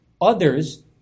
others